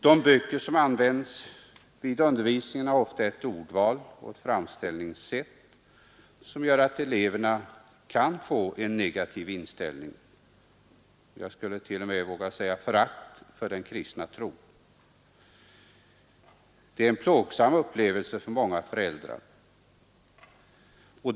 De böcker som används i religionsundervisningen har ofta ett ordval och ett framställningssätt som gör att eleverna kan få en negativ inställning till — och jag skulle t.o.m. kunna säga förakt för — den kristna tron. Detta är en plågsam upplevelse för många föräldrar.